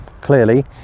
clearly